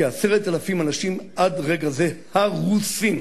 כ-10,000 אנשים, עד רגע זה, הרוסים.